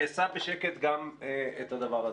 אני אשא בשקט גם את הדבר הזה.